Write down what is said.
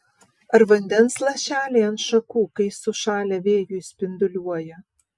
ar vandens lašeliai ant šakų kai sušalę vėjuj spinduliuoja